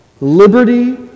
Liberty